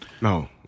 No